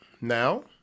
Now